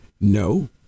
no